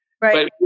Right